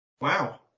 Wow